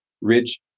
rich